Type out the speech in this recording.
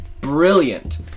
brilliant